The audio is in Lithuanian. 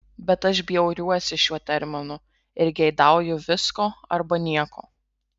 bet aš bjauriuosi šiuo terminu ir geidauju visko arba nieko